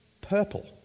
purple